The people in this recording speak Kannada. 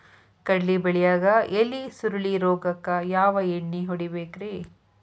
ಕಡ್ಲಿ ಬೆಳಿಯಾಗ ಎಲಿ ಸುರುಳಿ ರೋಗಕ್ಕ ಯಾವ ಎಣ್ಣಿ ಹೊಡಿಬೇಕ್ರೇ?